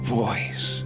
voice